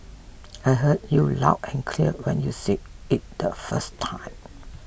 I heard you loud and clear when you said it the first time